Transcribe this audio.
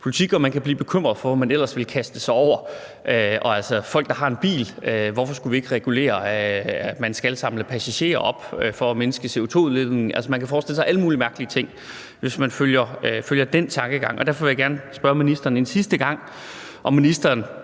politik, og man kan blive bekymret for, hvad man ellers vil kaste sig over. Hvorfor skulle vi ikke i forhold til folk, der ejer en bil, regulere, at man skal samle passagerer op for at mindske CO2-udledningen? Altså, man kan forestille sig alle mulige mærkelige ting, hvis man følger den tankegang. Og derfor vil jeg gerne spørge ministeren en sidste gang, om ministeren